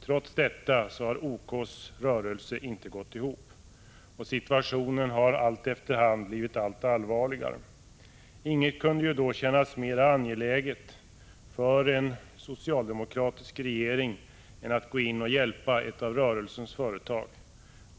Trots detta har OK:s rörelse inte gått ihop. Situationen för företaget har efter hand blivit allt allvarligare. Inget kunde då kännas mer angeläget för en socialdemokratisk regering än att gå in och hjälpa ett av rörelsens företag.